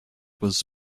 was